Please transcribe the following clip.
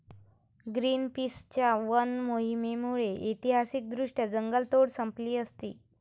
ग्रीनपीसच्या वन मोहिमेमुळे ऐतिहासिकदृष्ट्या जंगलतोड संपली असती